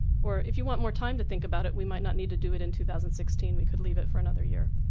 or if you want more time to think about it we might not need to do it in two thousand and sixteen, we could leave it for another year.